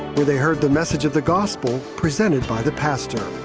where they heard the message of the gospel, presented by the pastor.